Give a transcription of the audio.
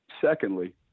Secondly